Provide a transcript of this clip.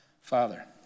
Father